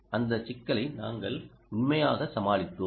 அந்த சிக்கலை நாங்கள் உண்மையாக சமாளித்தோம்